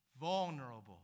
vulnerable